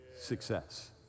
success